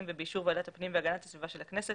ובאישור ועדת הפנים והגנת הסביבה של הכנסת,